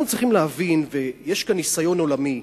אנחנו צריכים להבין, ויש כאן ניסיון עולמי,